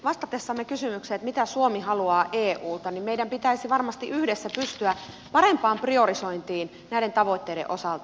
vastatessamme kysymykseen mitä suomi haluaa eulta meidän pitäisi varmasti yhdessä pystyä parempaan priorisointiin näiden tavoitteiden osalta